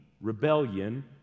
rebellion